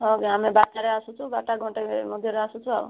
ହଉ ଆମେ ବାର୍ଟାରେ ଆସୁଛୁ ବାରଟା ଘଣ୍ଟେରେ ମଧ୍ୟରେ ଆସୁଛୁ ଆଉ